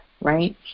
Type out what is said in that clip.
Right